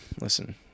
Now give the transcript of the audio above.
listen